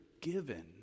given